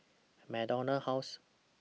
MacDonald House